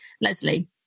Leslie